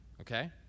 Okay